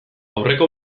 aurreko